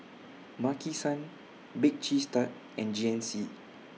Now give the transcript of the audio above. Maki San Bake Cheese Tart and G N C